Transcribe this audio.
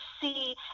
see